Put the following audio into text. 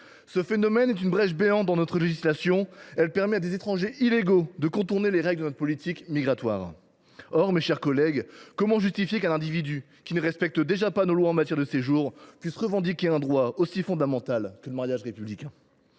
Ce phénomène est une brèche béante dans notre législation, qui permet à des étrangers illégaux de contourner les règles de notre politique migratoire. Comment justifier qu’un individu qui ne respecte pas nos lois en matière de séjour puisse revendiquer un droit aussi fondamental que le mariage républicain,